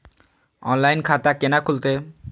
Online खाता केना खुलते?